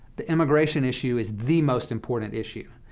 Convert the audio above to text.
the immigration issue is the most important issue,